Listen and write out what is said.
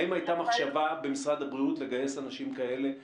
האם הייתה מחשבה במשרד הבריאות לגייס אנשים כאלה לטובתכם?